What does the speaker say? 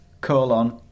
colon